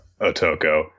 Otoko